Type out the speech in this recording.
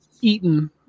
eaten